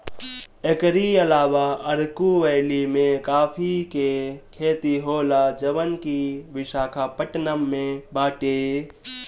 एकरी अलावा अरकू वैली में काफी के खेती होला जवन की विशाखापट्टनम में बाटे